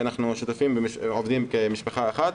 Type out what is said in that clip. אנחנו שותפים ועובדים כמשפחה אחת.